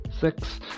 six